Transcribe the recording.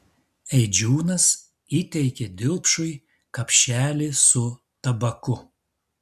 eidžiūnas įteikė dilpšui kapšelį su tabaku